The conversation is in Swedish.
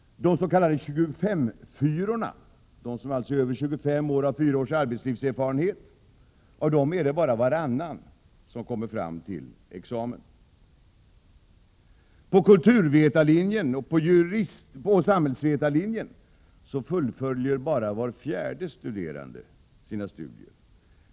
Av des.k. 25:4-orna, dvs. de som är över 25 år och har fyra års arbetslivserfarenhet, är det bara varannan som tar examen. På kulturvetarlinjen och på samhällsvetarlinjen fullföljer bara var fjärde studerande sina studier.